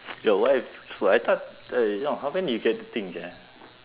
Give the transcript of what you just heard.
ya why wait I thought uh no how come you get the thing sia